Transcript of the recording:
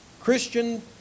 Christian